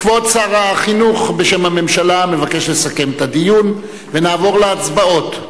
כבוד שר החינוך בשם הממשלה מבקש לסכם את הדיון ונעבור להצבעות.